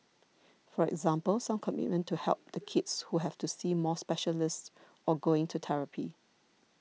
for example some commitment to help the kids who have to see more specialists or going to therapy